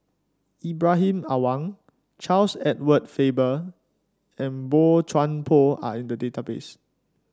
Ibrahim Awang Charles Edward Faber and Boey Chuan Poh are in the database